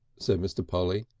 said mr. polly.